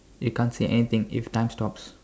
you can't see anything if time stops